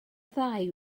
ddau